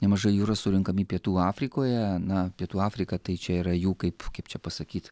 nemažai jų yra surenkami pietų afrikoje na pietų afrika tai čia yra jų kaip kaip čia pasakyt